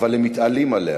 אבל הם מתעלים עליה.